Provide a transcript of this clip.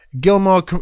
Gilmore